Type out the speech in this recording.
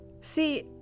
See